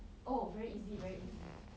oh very easy very easy